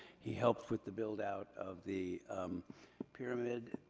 he helped with the build out of the pyramid.